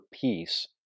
peace